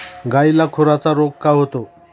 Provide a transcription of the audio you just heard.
गायीला खुराचा रोग का होतो?